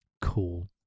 Cool